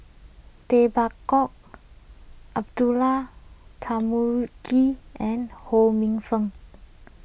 Tay Bak Koi Abdullah Tarmugi and Ho Minfong